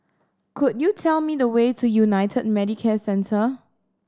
could you tell me the way to United Medicare Centre